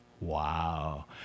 Wow